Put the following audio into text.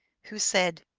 who said,